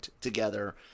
together